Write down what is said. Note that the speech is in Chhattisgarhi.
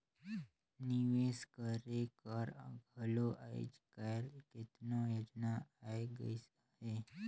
निवेस करे कर घलो आएज काएल केतनो योजना आए गइस अहे